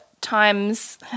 times